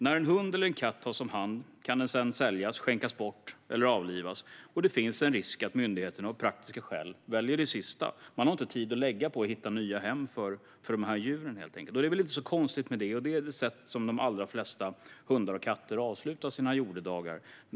När en hund eller katt tas om hand kan den sedan säljas, skänkas bort eller avlivas. Det finns en risk att myndigheten av praktiska skäl väljer det sistnämnda. Man har inte tid att hitta nya hem till djuren. Det är inget konstigt med detta. Det är ju det sätt på vilket de flesta hundar och katter slutar sina jordedagar.